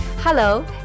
Hello